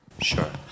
Sure